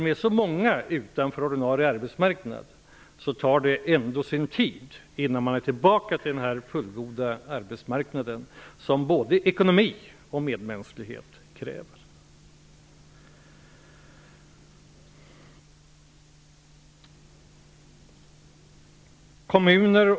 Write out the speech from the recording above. Med så många utanför ordinarie arbetsmarknad tar det ändå sin tid innan man är tillbaks till den fullgoda arbetsmarknad som både ekonomi och medmänsklighet kräver.